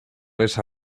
esa